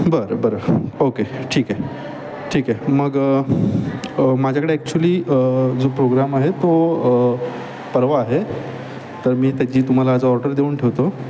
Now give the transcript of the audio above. बरं बरं ओके ठीक आहे ठीक आहे मग माझ्याकडे ॲक्चुली जो प्रोग्राम आहे तो परवा आहे तर मी त्याची तुम्हाला आज ऑर्डर देऊन ठेवतो